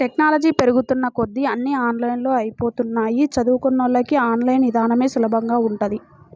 technology పెరుగుతున్న కొద్దీ అన్నీ ఆన్లైన్ అయ్యిపోతన్నయ్, చదువుకున్నోళ్ళకి ఆన్ లైన్ ఇదానమే సులభంగా ఉంటది